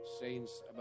saints